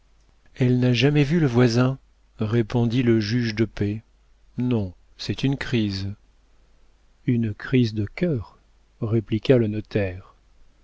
elle n'a jamais vu le voisin répondit le juge de paix non c'est une crise une crise de cœur répliqua le notaire